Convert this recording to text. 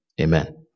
Amen